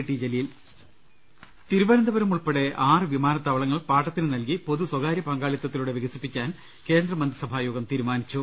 T Jaleel രു ൽ ശ്വ തിരുവനന്തപുരം ഉൾപെടെ ആറ് വിമാനത്താവളങ്ങൾ പാട്ടത്തിന് നൽകി പൊതു സ്വാകാര്യ പങ്കാളിത്തത്തിലൂടെ വികസിപ്പിക്കാൻ കേന്ദ്രമന്ത്രിസഭാ യോഗം തീരുമാനിച്ചു